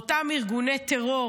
באותם ארגוני טרור,